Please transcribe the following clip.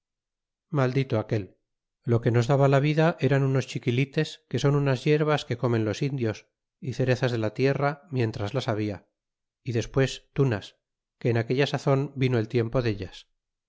maldito aquel lo que nos daba la vida era unos quilites que son unas yerbas que comen los indios y cerezas de la tierra miéntras las habla y despues tunas que en aquella sazon vino el tiempo dellas